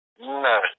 No